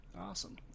Awesome